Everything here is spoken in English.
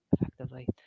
effectively